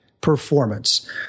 performance